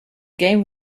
game